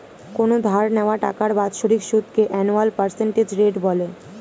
কোনো ধার নেওয়া টাকার বাৎসরিক সুদকে অ্যানুয়াল পার্সেন্টেজ রেট বলে